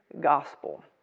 gospel